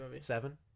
Seven